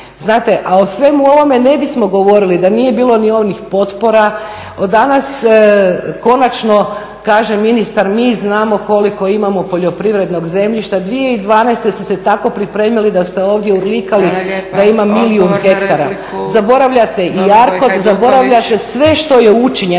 znate. A o svemu ovome ne bismo govorili da nije bilo ni onih potpora. Danas konačno kaže ministar mi znamo koliko imamo poljoprivrednog zemljišta, 2012. ste se tako pripremili da ste ovdje urlikali da ima milijun hektara. Zaboravljate i ARCOD, zaboravljate sve što je učinjeno.